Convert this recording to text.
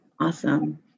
awesome